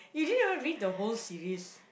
you didn't even read the whole series